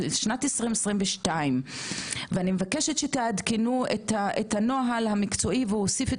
שנת 2022 ואני מבקשת שתעדכנו את הנוהל המקצועי ולהוסיף את